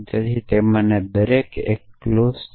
તેથી તેમાંના દરેક એક ક્લોઝ છે